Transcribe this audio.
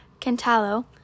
Cantalo